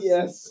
Yes